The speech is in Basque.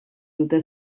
dute